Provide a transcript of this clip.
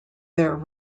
their